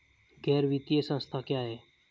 गैर वित्तीय संस्था क्या है?